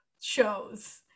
shows